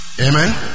Amen